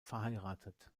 verheiratet